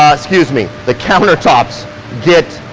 ah excuse me, the counter tops get